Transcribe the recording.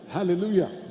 Hallelujah